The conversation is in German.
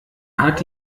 hat